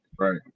Right